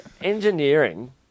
engineering